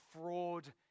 fraud